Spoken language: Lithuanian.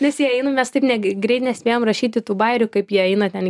nes jie eina mes taip ne greit nespėjom rašyti tų gairių kaip jie eina ten